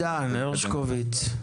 עידן הרשקוביץ.